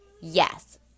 Yes